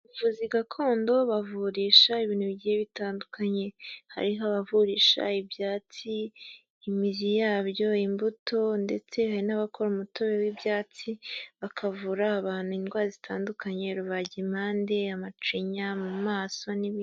Abavuzi gakondo bavurisha ibintu bigiye bitandukanye, hariho abavurisha ibyatsi, imizi yabyo, imbuto ndetse hari n'abakora umutobe w'ibyatsi, bakavura abantu indwara zitandukanye, rubagimpande, amacinya, mu maso n'ibindi.